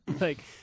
like-